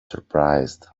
surprised